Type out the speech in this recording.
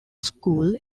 school